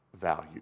value